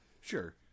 sure